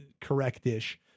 correct-ish